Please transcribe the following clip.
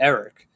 Eric